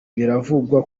biravugwa